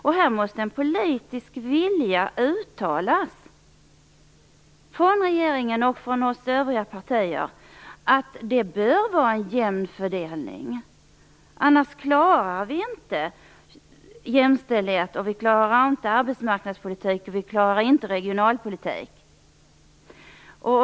Här måste uttalas en politisk vilja, både från regeringen och från oss i övriga partier, att det bör vara en jämn fördelning - annars klarar vi inte jämställdhet, inte arbetsmarknadspolitik och inte regionalpolitik.